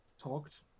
talked